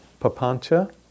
Papancha